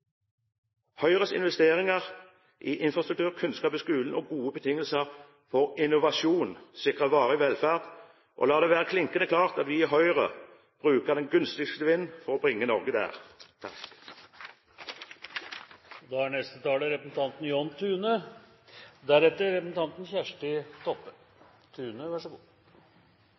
Høyres investeringer i infrastruktur, kunnskap i skolen og gode betingelser for innovasjon sikrer varig velferd, og la det være klinkende klart at vi i Høyre bruker den gunstigste vinden for å bringe Norge dit! Regjeringen uttaler i trontalen at omsorgstjenestene skal utbygges, og